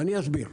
אני אסביר: